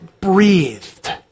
breathed